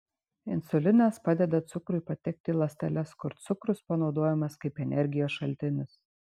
insulinas padeda cukrui patekti į ląsteles kur cukrus panaudojamas kaip energijos šaltinis